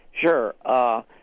Sure